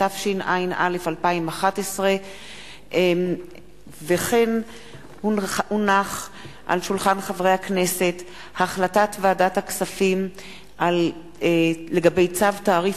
התשע"א 2011. החלטת ועדת הכספים לגבי צו תעריף